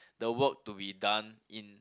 the work to be done in